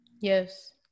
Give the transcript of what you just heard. Yes